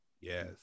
Yes